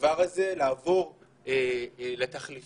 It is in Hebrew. הדבר הזה לעבור לתחליפים.